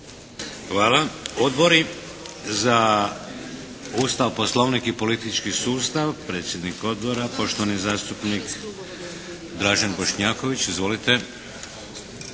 Hvala. Odbori za Ustav, Poslovnik i politički sustav predsjednik odbora poštovani zastupnik Dražen Bošnjaković. Izvolite.